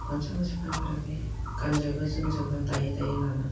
गामसा गांसे फानफेराखै गानजोबो जोमजोबो दायै दायै लाना